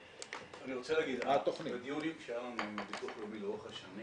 אני רוצה להגיד בדיונים שהיו לנו עם ביטוח לאומי לאורך השנים